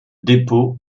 dépôt